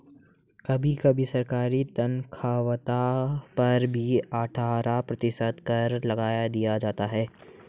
कभी कभी सरकारी तन्ख्वाह पर भी अट्ठारह प्रतिशत कर लगा दिया जाता है